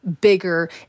bigger